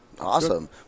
Awesome